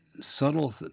Subtle